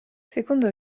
secondo